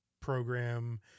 program